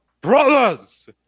brothers